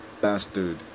bastard